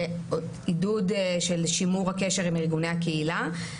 ועידוד של שימור הקשר עם ארגוני הקהילה.